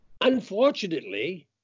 Unfortunately